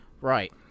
Right